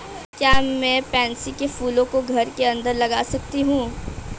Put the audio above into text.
क्या मैं पैंसी कै फूलों को घर के अंदर लगा सकती हूं?